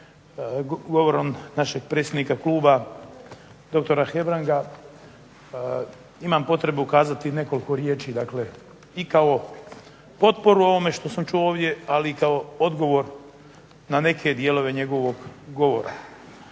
ovdje našeg predsjednika kluba doktora Hebranga imam potrebu kazati nekoliko riječi i kao potporu onome što sam čuo ovdje, ali i kao odgovor na neke dijelove njegovog govora.